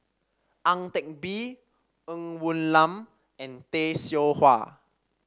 Ang Teck Bee Ng Woon Lam and Tay Seow Huah